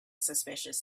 suspicious